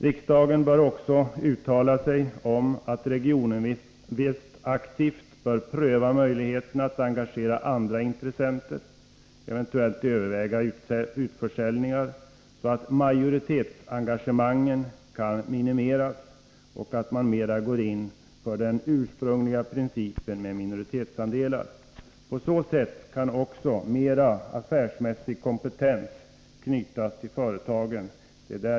Riksdagen bör också uttala sig för att Regioninvest aktivt bör pröva möjligheterna att engagera andra intressenter och eventuellt överväga utförsäljningar, så att majoritetsengagemangen kan motiveras och så att man mera kan gå in för den ursprungliga principen med minoritetsandelar. På så sätt kan också mera av affärsmässig kompetens knytas till företagen.